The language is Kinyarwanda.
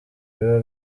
biba